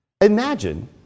Imagine